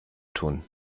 tun